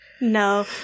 No